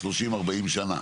30-40 שנה.